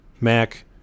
Mac